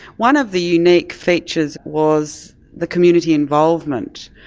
one of the unique features was the community involvement,